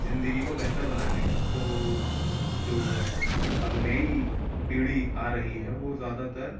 زندگی کو بہتر بنانے کا تو جو اب نئی پیڑھی آ رہی ہے وہ زیادہ تر